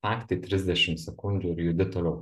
faktai trisdešim sekundžių ir judi toliau